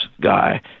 guy